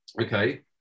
Okay